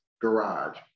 garage